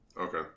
Okay